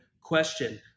question